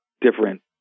different